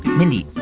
mindy,